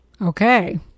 Okay